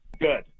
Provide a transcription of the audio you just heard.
good